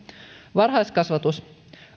varhaiskasvatus